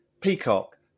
Peacock